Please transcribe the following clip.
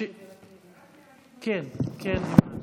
כן, כן.